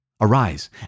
Arise